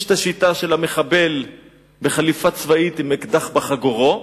יש את השיטה של המחבל בחליפה צבאית עם אקדח בחגורו,